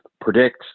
predict